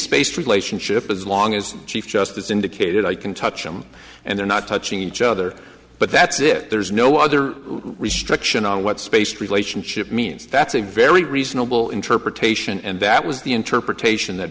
space relationship as long as chief justice indicated i can touch them and they're not touching each other but that's it there's no other restriction on what space relationship means that's a very reasonable interpretation and that was the interpretation that